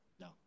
no